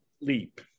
leap